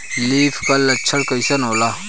Leaf कल लक्षण कइसन होला?